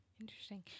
interesting